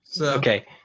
Okay